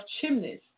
chimneys